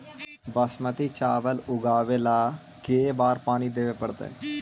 बासमती चावल उगावेला के बार पानी देवे पड़तै?